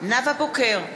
נאוה בוקר,